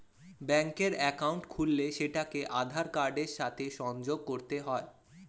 ব্যাঙ্কের অ্যাকাউন্ট খুললে সেটাকে আধার কার্ডের সাথে সংযোগ করতে হয়